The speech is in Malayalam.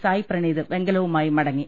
സായ്പ്രണീത് വെങ്കലവുമായി മടങ്ങി